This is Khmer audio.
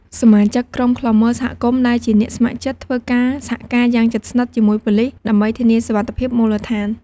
សមាជិកក្រុមឃ្លាំមើលសហគមន៍ដែលជាអ្នកស្ម័គ្រចិត្តធ្វើការសហការយ៉ាងជិតស្និទ្ធជាមួយប៉ូលិស ដើម្បីធានាសុវត្ថិភាពមូលដ្ឋាន។